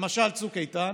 למשל צוק איתן,